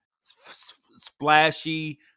splashy